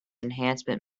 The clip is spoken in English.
enhancement